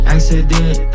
Accident